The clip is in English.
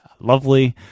Lovely